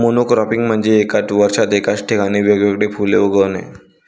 monocropping म्हणजे एका वर्षात एकाच ठिकाणी वेगवेगळी फुले उगवणे